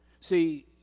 See